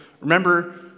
Remember